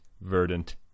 verdant